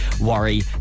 Worry